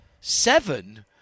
seven